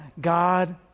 God